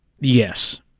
Yes